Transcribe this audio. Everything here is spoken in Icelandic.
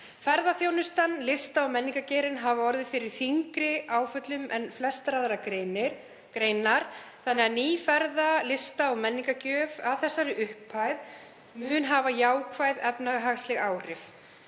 Ferðaþjónustan, lista- og menningargeirinn hafa orðið fyrir þyngri áföllum en flestar aðrar greinar þannig að ný ferða-, lista- og menningargjöf að þessari upphæð mun hafa jákvæð efnahagsleg áhrif.